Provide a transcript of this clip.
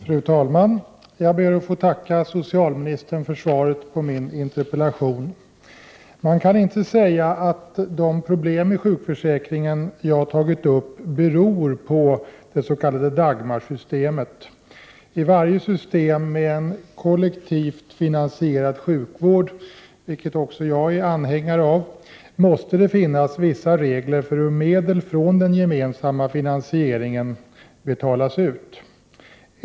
Fru talman! Jag ber att få tacka socialministern för svaret på min interpellation. Man kan inte säga att de problem i sjukförsäkringen som jag har tagit upp beror på det s.k. Dagmarsystemet. I varje system med en kollektivt finansierad sjukvård, som också jag är anhängare av, måste det finnas vissa regler för hur medel från den gemensamma finansieringen skall betalas ut.